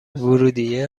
ورودیه